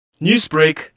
Newsbreak